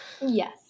Yes